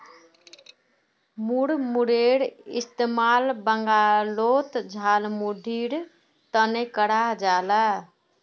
मुड़मुड़ेर इस्तेमाल बंगालोत झालमुढ़ीर तने कराल जाहा